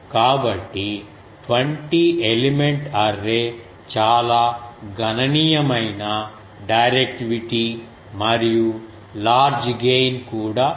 కాబట్టి 20 element array చాలా గణనీయమైన డైరెక్టివిటీ మరియు లార్జ్ గెయిన్ కూడా ఉంది